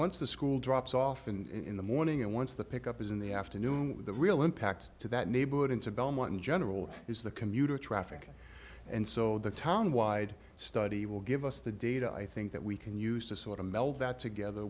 once the school drops off in the morning and once the pick up is in the afternoon with the real impact to that neighborhood into belmont in general is the commuter traffic and so the town wide study will give us the data i think that we can use to sort of well that's a gather